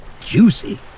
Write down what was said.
juicy